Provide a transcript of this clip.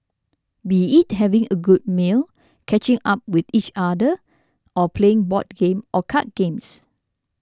be it having a good meal catching up with each other or playing board game or card games